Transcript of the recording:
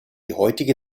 heutige